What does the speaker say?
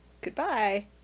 Goodbye